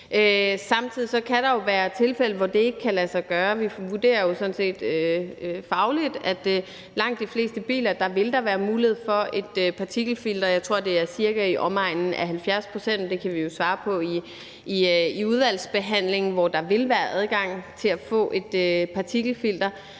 Samtidig kan der jo være tilfælde, hvor det ikke kan lade sig gøre. Vi vurderer jo sådan set fagligt, at der i langt de fleste biler vil være mulighed for et partikelfilter. Jeg tror, det er i omegnen af 70 pct. af bilerne – det kan vi jo svare på i udvalgsbehandlingen – hvor der vil være adgang til at få et partikelfilter.